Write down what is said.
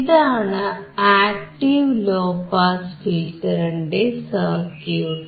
ഇതാണ് ഒരു active low pass ഫിൽറ്ററിന്റെ സർക്യൂട്ട്